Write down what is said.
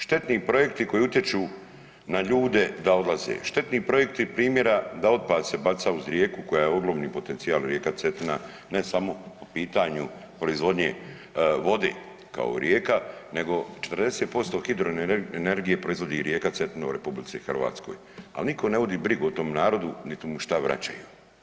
Štetni projekti koji utječu na ljude da odlaze, štetni projekti primjera da otpad se baca uz rijeku koja je ogroman potencijal, rijeka Cetina, ne samo po pitanju proizvodnje vode kao rijeka nego 40% hidroenergije proizvodi rijeka Cetina u RH, ali nitko ne vodi brigu o tom narodu niti mu šta vraćaju.